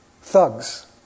thugs